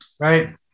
right